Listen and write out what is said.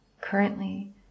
currently